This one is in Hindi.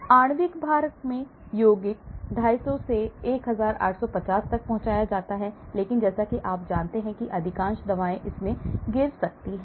आणविक भार में यौगिक 250 to 1850 तक पहुँचाया जाता है इसलिए जैसा कि आप जानते हैं कि अधिकांश दवाएं इसमें गिर सकती हैं